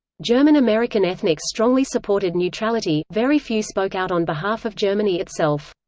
german american ethnics strongly supported neutrality very few spoke out on behalf of germany itself.